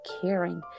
caring